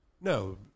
no